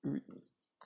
mm